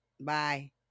Bye